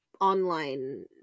online